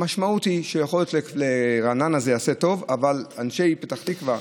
המשמעות היא שיכול להיות שלרעננה זה יעשה טוב אבל אנשי פתח תקווה,